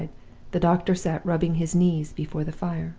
the doctor sat rubbing his knees before the fire.